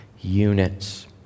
units